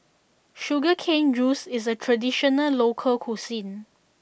Sugar Cane Juice is a traditional local cuisine